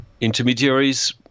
intermediaries